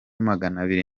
maganabiri